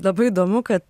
labai įdomu kad